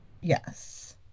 yes